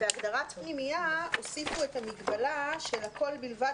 בהגדרת פנימייה הוסיפו את המגבלה של 'הכול ובלבד